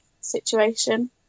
situation